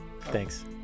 Thanks